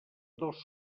dos